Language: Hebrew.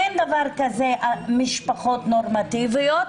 אין דבר כזה משפחות נורמטיביות.